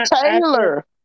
Taylor